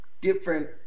different